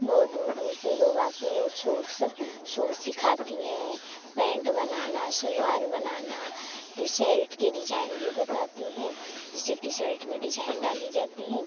बहुत दूर दूर से लोग आते हैं और सूट्स सूट सिखाती हैं पैंट बनाना सलवार बनाना टी सल्ट की डिजाइन भी बताती हैं जैसे टी सल्ट में डिजाइन डाली जाती हैं